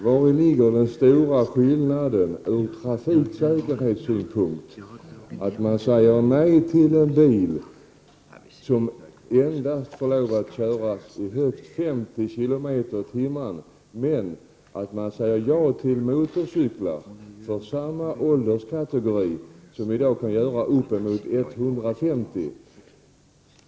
Vari ligger den stora skillnaden ur trafiksäkerhetssynpunkt då man säger nej till en bil som endast får lov att framföras i högst 50 kilometer i timmen men säger ja till en motorcykel för samma ålderskategori som i dag kan köras i upp till 150 kilometer i timmen?